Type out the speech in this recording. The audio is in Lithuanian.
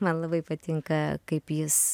man labai patinka kaip jis